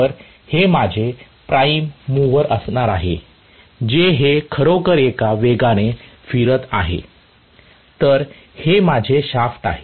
तर हे माझे प्राइम मूवर असणार आहे जे हे खरोखर एका वेगाने फिरत आहे तर हे माझे शाफ्ट आहे